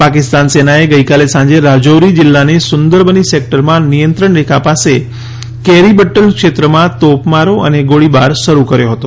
પાકિસ્તાન સેનાએ ગઈકાલે સાંજે રાજૌરી જિલ્લાના સુંદરબની સેક્ટરમાં નિયંત્રણ રેખા પાસે કેરીબદૃલ ક્ષેત્રમાં તોપમારો અને ગોળીબાર શરૂ કર્યો હતો